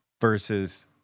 Versus